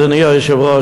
אדוני היושב-ראש,